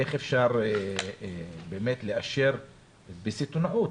איך אפשר לאשר בסיטונאות.